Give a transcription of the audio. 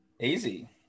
Easy